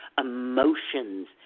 emotions